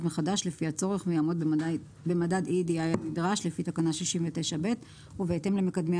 מחדש לפי הצורך ויעמוד במדד EEDI הנדרש לפי תקנה 69(ב) ובהתאם למקדמי